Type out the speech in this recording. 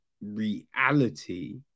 reality